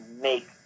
make